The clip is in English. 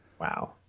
Wow